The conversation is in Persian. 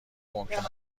ممکن